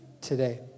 today